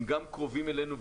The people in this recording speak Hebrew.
הם גם קרובים אלינו,